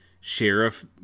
sheriff